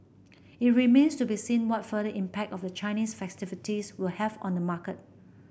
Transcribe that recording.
it remains to be seen what further impact of the Chinese festivities will have on the market